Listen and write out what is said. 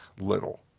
little